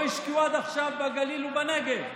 לא השקיעו עד עכשיו בגליל ובנגב?